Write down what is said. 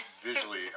visually